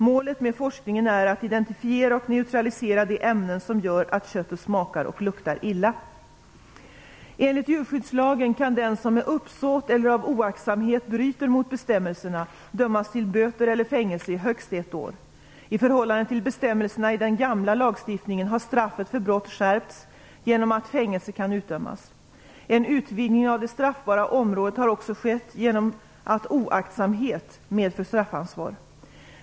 Målet med forskningen är att identifiera och neutralisera de ämnen som gör att köttet smakar och luktar illa. Enligt djurskyddslagen kan den som med uppsåt eller av oaktsamhet bryter mot bestämmelserna dömas till böter eller fängelse i högst ett år. I förhållande till bestämmelserna i den gamla lagstiftningen har straffet för brott skärpts genom att fängelse kan utdömas. En utvidgning av det straffbara området har också skett genom att oaktsamhet medför straffansvar.